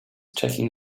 checking